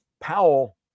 Powell